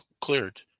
cleared